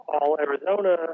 all-Arizona